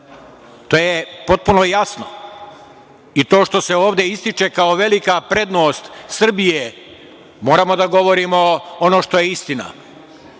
To je potpuno jasno i to što se ovde ističe kao velika prednost Srbije, moramo da govorimo ono što je istina,